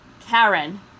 Karen